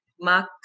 Mark